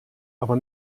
aber